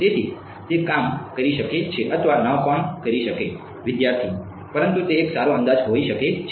તેથી તે કામ કરી શકે છે અથવા ન પણ કરી શકે છે વિદ્યાર્થી પરંતુ તે એક સારો અંદાજ હોઈ શકે છે